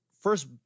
first